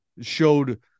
showed